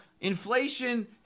Inflation